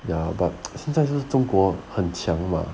ya but 现在是中国很强嘛